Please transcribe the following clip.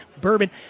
bourbon